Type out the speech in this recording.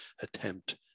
attempt